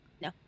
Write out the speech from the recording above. No